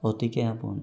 অতিকৈ আপোন